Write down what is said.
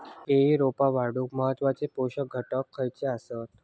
केळी रोपा वाढूक महत्वाचे पोषक घटक खयचे आसत?